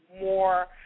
more